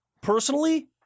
personally